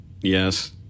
Yes